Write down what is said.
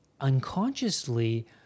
unconsciously